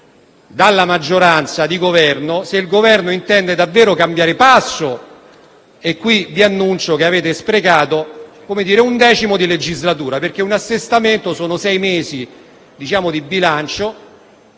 dalla maggioranza se il Governo intende davvero cambiare passo. E qui vi annuncio che avete sprecato un decimo di legislatura, perché un assestamento corrisponde a sei mesi di bilancio